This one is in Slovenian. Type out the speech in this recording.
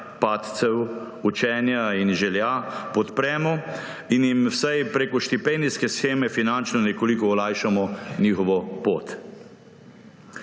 padcev, učenja in želja, podpremo in jim vsaj prek štipendijske sheme finančno nekoliko olajšamo njihovo pot.